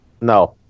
No